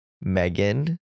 Megan